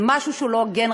זה משהו שהוא לא הוגן.